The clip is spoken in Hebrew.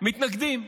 מתנגדים.